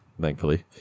thankfully